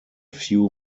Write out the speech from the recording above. few